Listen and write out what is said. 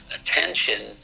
attention